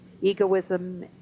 egoism